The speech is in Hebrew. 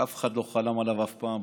שאף אחד לא חלם עליו אף פעם.